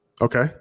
Okay